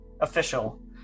official